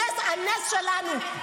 הנס שלנו,